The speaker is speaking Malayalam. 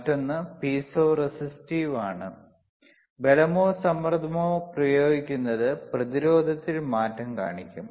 മറ്റൊന്ന് പീസോ റെസിസ്റ്റീവ് ആണ് ബലമോ സമ്മർദ്ദമോ പ്രയോഗിക്കുന്നത് പ്രതിരോധത്തിൽ മാറ്റം കാണിക്കും